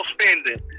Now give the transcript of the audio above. spending